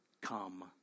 come